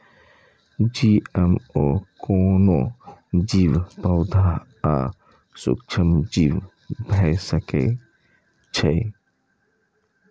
GMO कोनो जीव, पौधा आ सूक्ष्मजीव भए सकै छै